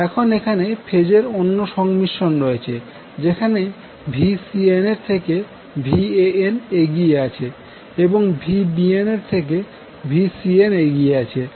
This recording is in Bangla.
এখন এখানে ফেজের অন্য সংমিশ্রণ রয়েছে যেখানে Vcnএর থেকে Van এগিয়ে আছে এবং Vbnএর থেকে Vcnএগিয়ে আছে